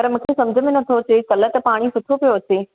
पर मूंखे समुझ में नथो अचे कल्ह त पाणी सुठो पियो अचे